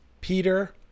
Peter